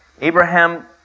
Abraham